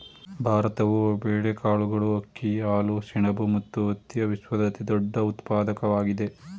ಭಾರತವು ಬೇಳೆಕಾಳುಗಳು, ಅಕ್ಕಿ, ಹಾಲು, ಸೆಣಬು ಮತ್ತು ಹತ್ತಿಯ ವಿಶ್ವದ ಅತಿದೊಡ್ಡ ಉತ್ಪಾದಕವಾಗಿದೆ